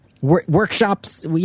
workshops